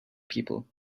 people